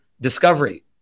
discovery